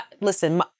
listen